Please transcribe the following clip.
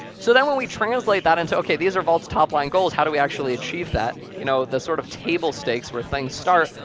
so then, when we translate that into, ok, these are vault's top-line goals how do we actually achieve that, you know the sort of table stakes where things start,